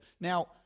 Now